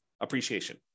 appreciation